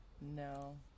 No